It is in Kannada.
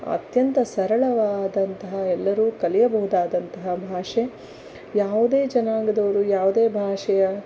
ಅತ್ಯಂತ ಸರಳವಾದಂತಹ ಎಲ್ಲರೂ ಕಲಿಯಬಹುದಾದಂತಹ ಭಾಷೆ ಯಾವುದೇ ಜನಾಂಗದವರು ಯಾವುದೇ ಭಾಷೆಯ